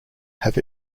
have